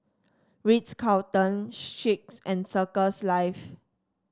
Ritz Carlton Schicks and Circles Life